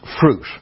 fruit